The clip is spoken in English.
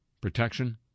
protection